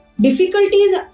difficulties